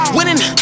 Winning